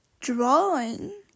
drawing